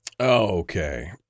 Okay